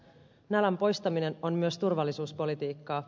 nälän poistaminen on myös turvallisuuspolitiikkaa